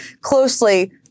closely